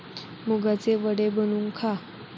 मुगाचे वडे बनवून खा